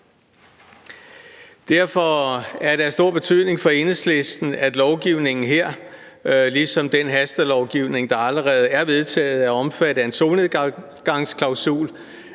Derfor er det af stor betydning for Enhedslisten, at lovgivningen her, ligesom den hastelovgivning, der allerede er vedtaget, er omfattet af en solnedgangsklausul;